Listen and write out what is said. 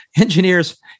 engineers